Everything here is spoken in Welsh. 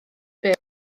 byr